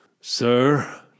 Sir